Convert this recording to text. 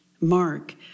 Mark